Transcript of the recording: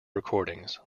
recordings